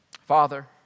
Father